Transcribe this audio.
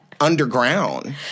underground